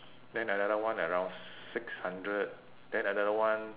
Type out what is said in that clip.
then another one around six hundred then another one